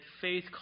faith